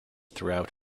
throughout